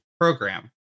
Program